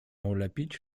ulepić